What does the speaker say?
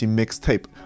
Mixtape